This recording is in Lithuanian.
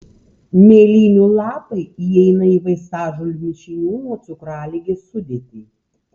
mėlynių lapai įeina į vaistažolių mišinių nuo cukraligės sudėtį